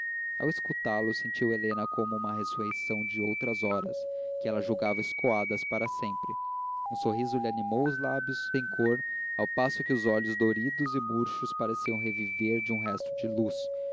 ao escutá lo sentiu helena como uma ressurreição de outras horas que ela julgava escoadas para sempre um sorriso lhe animou os lábios sem cor ao passo que os olhos doridos e murchos pareciam reviver de um resto de luz